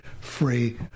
free